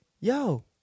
yo